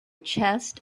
chest